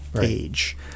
age